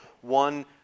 one